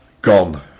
gone